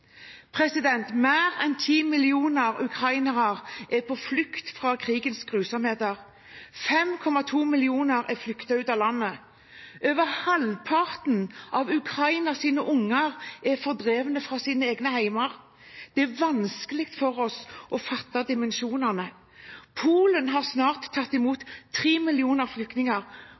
Mer enn 10 millioner ukrainere er på flukt fra krigens grusomheter. 5,2 millioner har flyktet ut av landet. Over halvparten av Ukrainas barn er fordrevet fra egne hjem. Det er vanskelig for oss å fatte dimensjonene. Polen har snart tatt imot 3 millioner flyktninger.